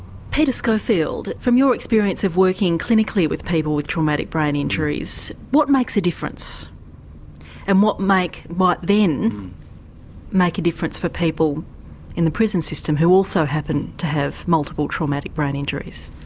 peter schofield from your experience of working clinically with people with traumatic brain injuries, what makes a difference and what might then make a difference for people in the prison system who also happen to have multiple traumatic brain injuries?